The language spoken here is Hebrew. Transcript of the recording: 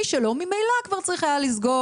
מי שלא, ממילא כבר היה צריך לסגור.